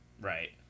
Right